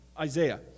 Isaiah